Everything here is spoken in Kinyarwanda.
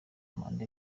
manda